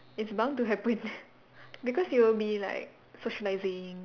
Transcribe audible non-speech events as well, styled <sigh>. it's bound to happen <laughs> because you will be like socialising